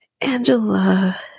Angela